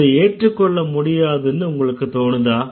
இத ஏற்றுக்கொள்ள முடியாதுன்னு உங்களுக்கு தோணுதா